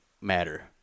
matter